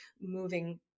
moving